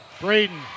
Braden